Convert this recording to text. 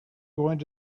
going